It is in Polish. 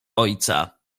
ojca